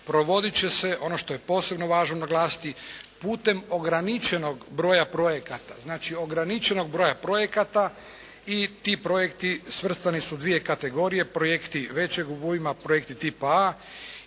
provoditi će se, ono što je posebno važno naglasiti putem ograničenog broja projekata. Znači ograničenog broja projekata i ti projekti svrstani su u dvije kategorije, projekti većeg obujma, projekti tipa A